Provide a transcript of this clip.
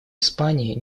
испании